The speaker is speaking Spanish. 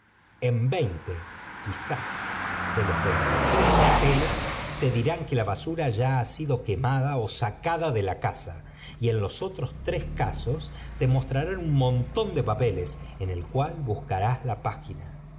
en veinte quizás de los veintitrés hoteles te dirán que la basura ya ha sido quemada ó sacada de la casa y en los otros tres casos te mostrarán un montón de papeles en el cual buscarás lh página